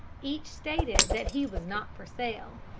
each stated that he was not for sale,